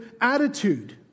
attitude